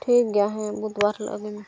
ᱴᱷᱤᱠ ᱜᱮᱭᱟ ᱦᱮᱸ ᱵᱩᱫᱷᱵᱟᱨ ᱦᱤᱞᱳᱜ ᱟᱹᱜᱩᱭ ᱢᱮ